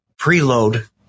preload